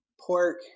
pork